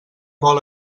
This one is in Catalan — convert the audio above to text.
vol